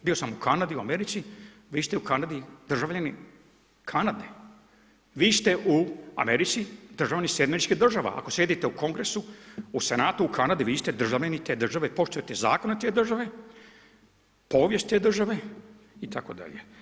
Bio sam u Kanadi, u Americi, vi ste u Kanadi državljani Kanade, vi ste u Americi državljani SAD-a, ako sjedite u Kongresu, u Senatu u Kanadi, vi ste državljani te države, poštujete zakone te države, povijest te države itd.